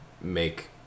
make